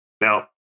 Now